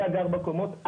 גג ארבע קומות.